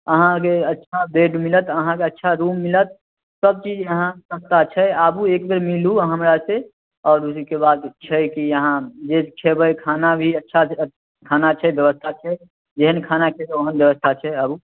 अहाँके अच्छा बेड मिलत अहाँके अच्छा रूम मिलत सभचीज यहाँ सस्ता छै अहाँ आबू एकबेर मिलू अहाँ हमरासँ आओर ओहिके बाद छै कि अहाँ जे खेबै खाना भी अच्छा खाना छै व्यवस्था छै जेहन खाना खेबै ओहन व्यवस्था छै आबू